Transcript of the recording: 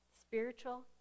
spiritual